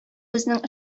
безнең